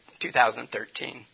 2013